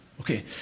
Okay